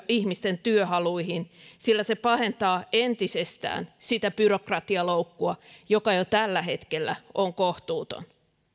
ihmisten työhaluihin sillä se pahentaa entisestään sitä byrokratialoukkua joka jo tällä hetkellä on kohtuuton